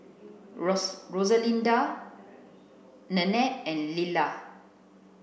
Rose Rosalinda Nannette and Lilla